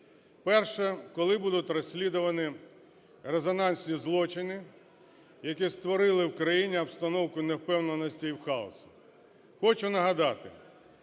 Перше. Коли будуть розслідувані резонансні злочини, які створили в Україні обстановку невпевненості і хаосу? Хочу нагадати.